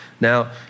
Now